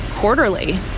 Quarterly